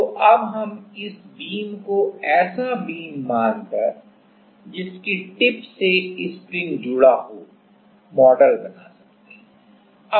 तो अब हम इस बीम को ऐसा बीम मानकर जिसकी टिप से स्प्रिंग जुड़ा हो मॉडल बना सकते हैं